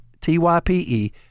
T-Y-P-E